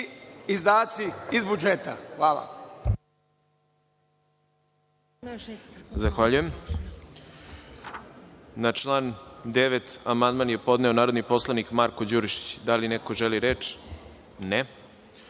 izdaci iz budžeta. Hvala.